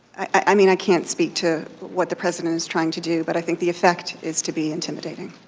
i mean, i can't speak to what the president is trying to do, but i think the effect is to be intimidating